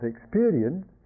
experience